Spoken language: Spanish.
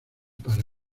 para